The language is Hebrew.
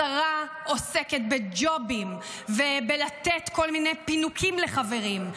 השרה עוסקת בג'ובים ובלתת כל מיני פינוקים לחברים.